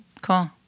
Cool